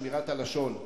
"שמירת הלשון".